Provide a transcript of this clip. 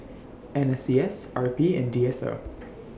N S C S R P and D S R